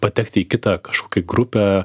patekti į kitą kažkokią grupę